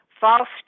false